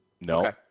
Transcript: No